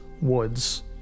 woods